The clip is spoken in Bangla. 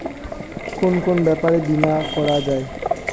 কুন কুন ব্যাপারে বীমা করা যায়?